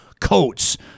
coats